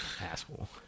Asshole